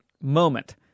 moment